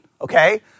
okay